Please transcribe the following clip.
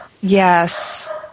Yes